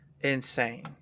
insane